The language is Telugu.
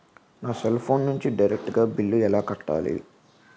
నా సెల్ ఫోన్ నుంచి డైరెక్ట్ గా బిల్లు ఎలా కట్టాలి?